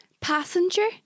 Passenger